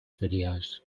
videos